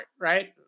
right